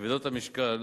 כבדות המשקל